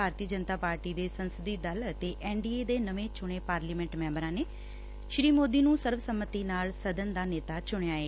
ਭਾਰਤੀ Janata party ਦੇ ਸੰਸਦੀ ਦਲ ਅਤੇ ਐਨ ਡੀ ਏ ਦੇ ਨਵੇਂ ਚੁਣੇ ਪਾਰਲੀਮੈਂਟ ਮੈਂਬਰਾਂ ਨੇ ਸ੍ਰੀ ਮੋਦੀ ਨੂੰ ਸਰਵਸੰਮਤੀ ਨਾਲ ਸਦਨ ਦਾ ਨੇਤਾ ਚੁਣਿਆ ਏ